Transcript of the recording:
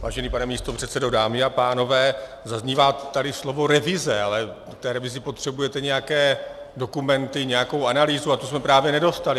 Vážený pane místopředsedo, dámy a pánové, zaznívá tady slovo revize, ale k té revizi potřebujete nějaké dokumenty, nějakou analýzu, a tu jsme právě nedostali.